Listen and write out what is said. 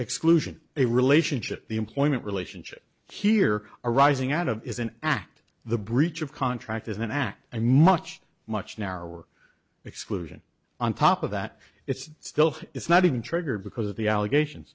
exclusion a relationship the employment relationship here arising out of is an act the breach of contract is an act and much much narrower exclusion on top of that it's still it's not even triggered because of the allegations